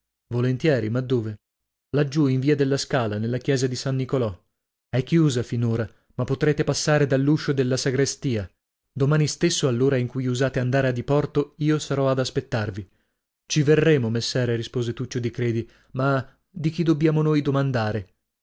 volentieri ma dove laggiù in via della scala nella chiesa di san nicolò è chiusa finora ma potrete passare dall'uscio della sagrestia domani stesso all'ora in cui usate andare a diporto io sarò ad aspettarvi ci verremo messere rispose tuccio di credi ma di chi dobbiamo noi domandare